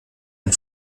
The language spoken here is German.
ein